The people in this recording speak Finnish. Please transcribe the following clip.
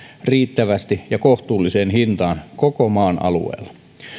riittävästi ja kohtuulliseen hintaan koko maan alueella